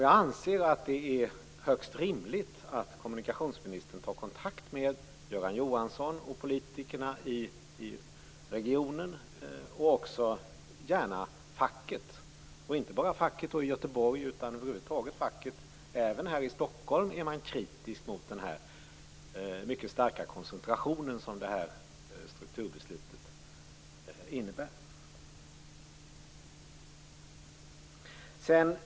Jag anser att det är högst rimligt att kommunikationsministern tar kontakt med Göran Johansson och politikerna i regionen och också facket, inte bara facket i Göteborg utan över huvud taget facket. Även här i Stockholm är man kritisk mot den mycket starka koncentration som det här strukturbeslutet innebär.